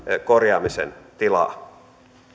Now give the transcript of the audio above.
korjaamisen tilaa